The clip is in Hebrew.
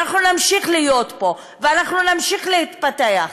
ואנחנו נמשיך להיות פה ואנחנו נמשיך להתפתח.